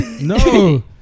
No